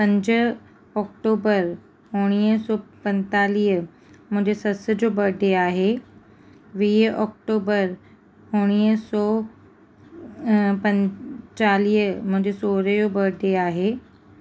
पंज ऑक्टोबर उणिवीह सौ पंजेतालीह मुंहिंजे सस जो बर्थडे आहे वीह ऑक्टोबर उणिवीह सौ पंजेतालीह मुंहिंजे सहुरे जो बर्थडे आहे